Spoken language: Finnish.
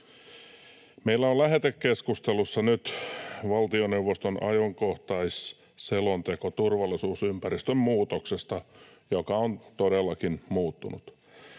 Meillä on lähetekeskustelussa nyt valtioneuvoston ajankohtaisselonteko turvallisuusympäristön muutoksesta, joka on todellakin muuttunut.